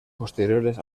posteriores